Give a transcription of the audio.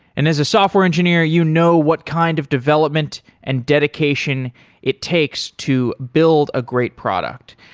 and as a software engineer you know what kind of development and dedication it takes to build a great product.